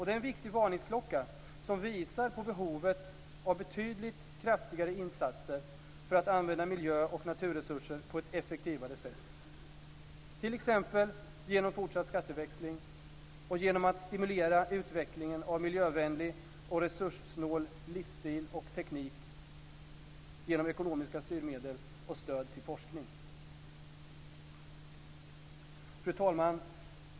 Det är en viktig varningsklocka som visar på behovet av betydligt kraftigare insatser för att använda miljö och naturresurser på ett effektivare sätt, t.ex. genom fortsatt skatteväxling och genom att stimulera utvecklingen av miljövänlig och resurssnål livsstil och teknik, genom ekonomiska styrmedel och genom stöd till forskning. Fru talman!